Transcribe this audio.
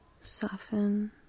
soften